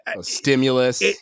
Stimulus